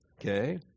Okay